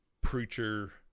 preacher